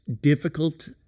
difficult